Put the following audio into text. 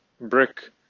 brick